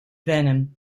venom